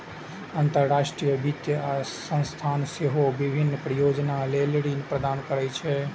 अंतरराष्ट्रीय वित्तीय संस्थान सेहो विभिन्न परियोजना लेल ऋण प्रदान करै छै